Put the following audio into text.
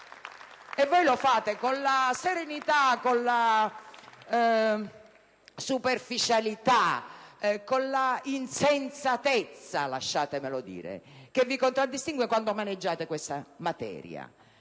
E voi lo fate con la serenità, la superficialità e la insensatezza, lasciatemelo dire, che vi contraddistingue quando maneggiate questa materia.